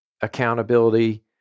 accountability